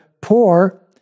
poor